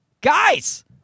guys